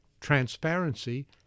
transparency